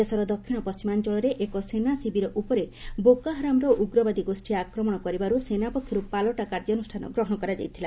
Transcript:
ଦେଶର ଦକ୍ଷିଣ ପଣ୍ଟିମାଞ୍ଚଳରେ ଏକ ସେନା ଶିବିର ଉପରେ ବୋକୋହାରମ୍ ଉଗ୍ରବାଦୀ ଗୋଷ୍ଠୀ ଆକ୍ରମଣ କରିବାର୍ତ ସେନା ପକ୍ଷରୁ ପାଲଟା କାର୍ଯ୍ୟାନୁଷ୍ଠାନ ଗ୍ରହଣ କରାଯାଇଥିଲା